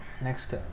next